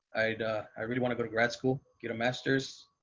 i, i really want to go to grad school, get a masters.